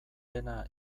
dena